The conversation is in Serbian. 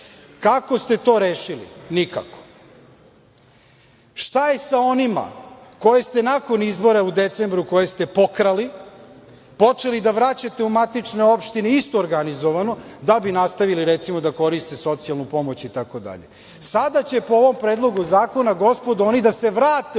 ste to rešili? Nikako. Šta je sa onima koje ste nakon izbora u decembru, koje ste pokrali, počeli da vraćate u matične opštine isto organizovano da bi nastavili, recimo, da koriste socijalnu pomoć itd? Sada će po ovom predlogu zakona oni da se vrate